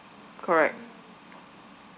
correct